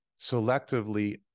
selectively